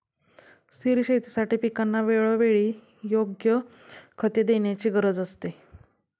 स्थिर शेतीसाठी पिकांना वेळोवेळी योग्य खते देण्याची गरज असते